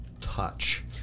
touch